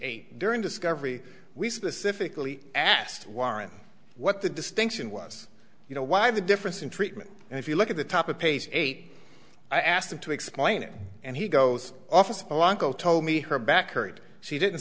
eight during discovery we specifically asked why aren't what the distinction was you know why the difference in treatment and if you look at the top of pace eight i asked him to explain it and he goes off as a longo told me her back hurt she didn't